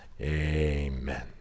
Amen